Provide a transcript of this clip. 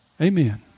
Amen